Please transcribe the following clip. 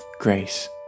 grace